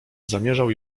zamierzał